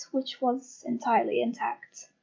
which was entirely intact.